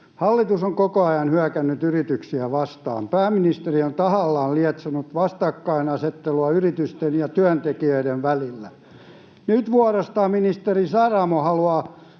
Hallitus on koko ajan hyökännyt yrityksiä vastaan. Pääministeri on tahallaan lietsonut vastakkainasettelua yritysten ja työntekijöiden välillä. Nyt vuorostaan ministeri Saramo haluaa